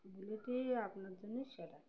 বুলেটই হবে আপনার জন্যই সেরা